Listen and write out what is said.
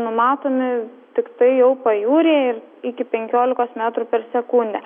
numatomi tiktai jau pajūryje ir iki penkiolikos metrų per sekundę